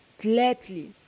gladly